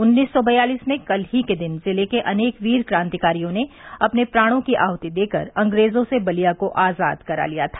उन्नीस सौ बयालीस में कल ही के दिन ज़िले के अनेक वीर क्रांतिकारियों ने अपने प्राणों की आहति देकर अंग्रेजों से बलिया को आज़ाद करा लिया था